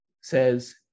says